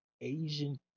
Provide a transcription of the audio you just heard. Asian